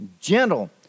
gentle